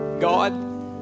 God